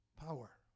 power